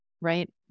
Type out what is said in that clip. right